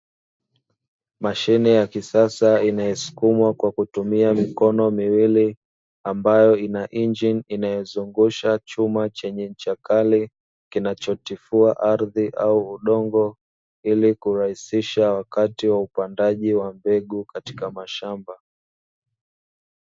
Mashine ya kisasa inayosukumwa kwa kutumia mikono miwili ambayo ina injini, inayozungusha chuma chenye ncha kali kinacho tifua ardhi au udongo ili kurahisisha wakati wa upandaji wa mbegu katika mashamba.